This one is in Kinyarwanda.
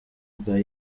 bwa